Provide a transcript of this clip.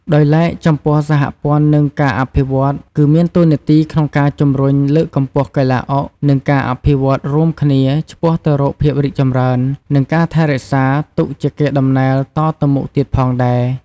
ដោយឡែក ចំពោះសហព័ន្ធនិងការអភិវឌ្ឍន៍ គឺមានតួនាទីក្នុងការជំរុញ លើកកម្ពស់កីឡាអុក និងការអភិវឌ្ឍន៍រួមគ្នា ឆ្ពោះទៅរកភាពរីកចម្រើននិងការថែរក្សាទុកជាកេរតំណែលតទៅមុខទៀតផងដែរ។